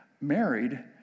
married